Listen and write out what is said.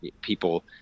people